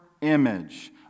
image